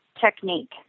technique